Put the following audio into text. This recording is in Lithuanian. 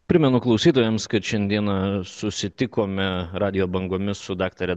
primenu klausytojams kad šiandieną susitikome radijo bangomis su daktare